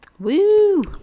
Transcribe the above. Woo